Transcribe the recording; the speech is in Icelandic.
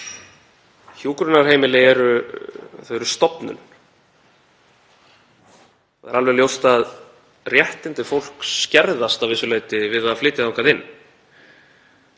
Hjúkrunarheimili eru stofnun. Það er alveg ljóst að réttindi fólks skerðast að vissu leyti við að flytja þangað inn.